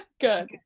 Good